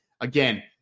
Again